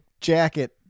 jacket